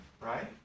Right